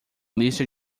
lista